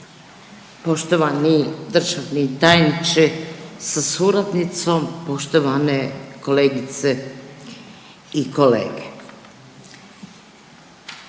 poštovani državni tajniče sa suradnicom, poštovane kolegice i kolege.